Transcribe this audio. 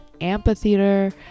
amphitheater